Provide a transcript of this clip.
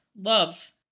love